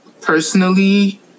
personally